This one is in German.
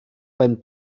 beim